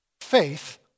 Faith